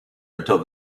until